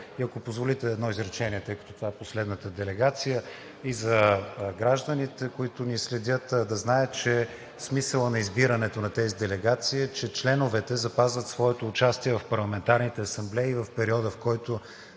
Ако позволите, едно изречение, тъй като това е последната делегация, за гражданите, които ни следят – да знаят, че смисълът на избирането на тези делегации е, че членовете запазват своето участие в парламентарните асамблеи в периода, в който